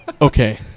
Okay